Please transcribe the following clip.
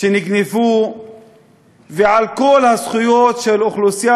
שנגנבו ועל כל הזכויות של האוכלוסייה,